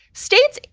states,